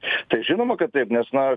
tai žinoma kad taip nes na